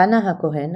חנה הכהן,